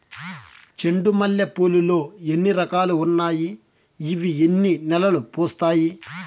చెండు మల్లె పూలు లో ఎన్ని రకాలు ఉన్నాయి ఇవి ఎన్ని నెలలు పూస్తాయి